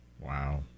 Wow